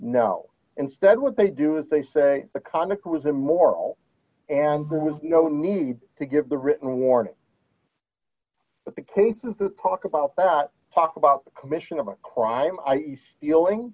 now instead what they do is they say the conduct was immoral and there was no need to give the written warning but the cases that talk about that talk about the commission of a crime stealing